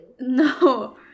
No